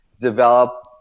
develop